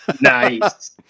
Nice